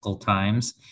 times